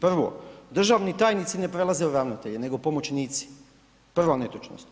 Prvo, državni tajnici ne prelaze u ravnatelje, nego pomoćnici, prva netočnost.